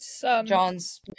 John's